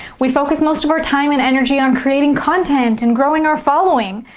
we focus most of our time and energy on creating content and growing our following.